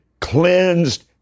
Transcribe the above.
cleansed